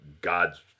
God's